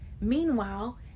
Meanwhile